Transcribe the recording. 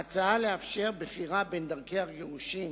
ההצעה לאפשר בחירה בין דרכי הגירושין,